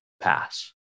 pass